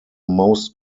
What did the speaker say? most